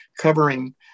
covering